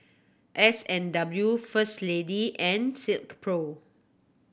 S and W First Lady and Silkpro